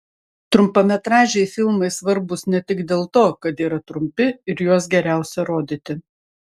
trumpametražiai filmai svarbūs ne tik dėl to kad yra trumpi ir juos geriausia rodyti